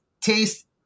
taste